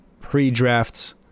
pre-drafts